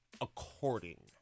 according